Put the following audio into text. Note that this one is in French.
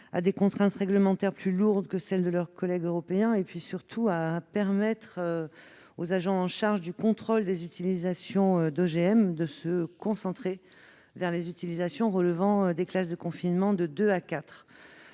à des contraintes réglementaires plus lourdes que celles qui s'appliquent à leurs collègues européens. Il s'agit également de permettre aux agents chargés du contrôle des utilisations d'OGM de se concentrer sur les utilisations relevant des classes de confinement de deux